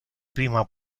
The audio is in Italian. prima